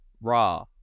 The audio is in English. raw